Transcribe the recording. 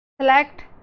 select